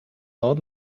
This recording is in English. not